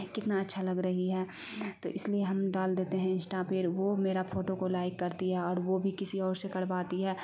کتنا اچھا لگ رہی ہے تو اس لیے ہم ڈال دیتے ہیں انسٹا پہ اور وہ میرا پھوٹو کو لائک کرتی ہے اور وہ بھی کسی اور سے کرواتی ہے